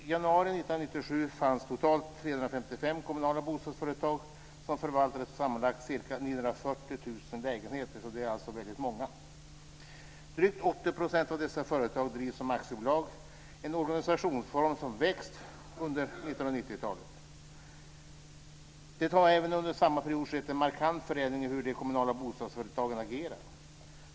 I januari 1997 fanns det totalt 355 kommunala bostadsföretag som förvaltade sammanlagt ca 940 000 lägenheter. Det är alltså väldigt många. Drygt 80 % av dessa företag drivs som aktiebolag, en organisationsform som växt under 1990-talet. Det har även under samma period skett en markant förändring i hur de kommunala bostadsföretagen agerar.